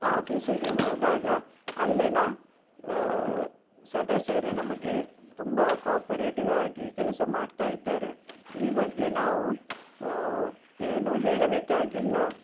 ಆಫೀಸಿಗೆ ಹೋದಾಗ ಅಲ್ಲಿನ ಸದಸ್ಯರು ನಮಗೆ ತುಂಬ ಕೋಪರೇಟಿವ್ ಆಗಿ ಕೆಲಸ ಮಾಡ್ತಾ ಇದ್ದಾರೆ ಈ ಬಗ್ಗೆ ನಾವು ಏನೂ ಹೇಳಬೇಕಾಗಿಲ್ಲ